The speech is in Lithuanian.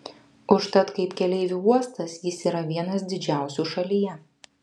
užtat kaip keleivių uostas jis yra vienas didžiausių šalyje